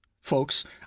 folks